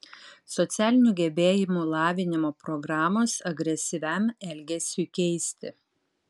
socialinių gebėjimų lavinimo programos agresyviam elgesiui keisti